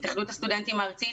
התאחדות הסטודנטים הארצית,